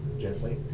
gently